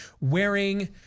wearing